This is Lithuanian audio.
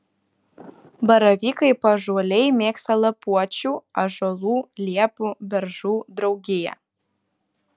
baravykai paąžuoliai mėgsta lapuočių ąžuolų liepų beržų draugiją